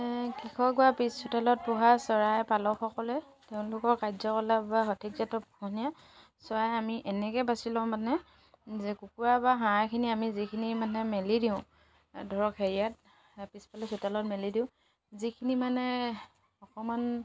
কৃষক বা পিছ চোতালত পুহা চৰাই পালকসকলে তেওঁলোকৰ কাৰ্যকলাপ বা সঠিক জাতৰ পোহনীয়া চৰাই আমি এনেকৈ বাচি লওঁ মানে যে কুকুৰা বা হাঁহ এখিনি আমি যিখিনি মানে মেলি দিওঁ ধৰক হেৰিয়াত পিছফালে চোতালত মেলি দিওঁ যিখিনি মানে অকণমান